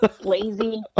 lazy